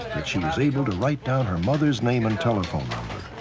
that she was able to write down her mother's name and telephone